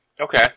Okay